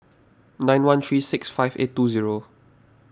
nine one three six five eight two zero